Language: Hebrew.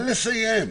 תן לסיים.